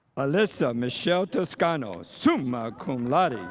alyssa michelle toscano, summa cum laude,